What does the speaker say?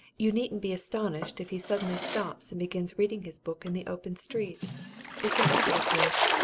you needn't be astonished if he suddenly stops and begins reading his book in the open street it's a habit of his.